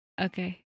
Okay